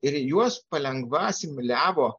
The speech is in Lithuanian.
ir juos palengva asimiliavo